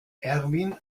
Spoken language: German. erwin